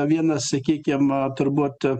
vienas sakykim turbūt